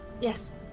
yes